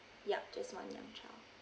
yup just one young child